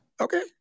Okay